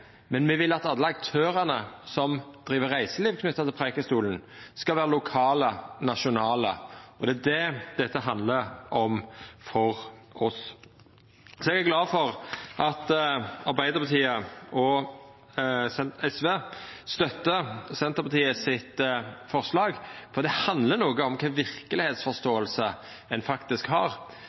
Preikestolen, skal vera lokale og nasjonale. Det er det dette handlar om for oss. Eg er glad for at Arbeidarpartiet og SV støttar Senterpartiets forslag, for det handlar om kva verkelegheitsforståing ein faktisk har.